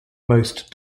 most